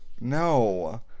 no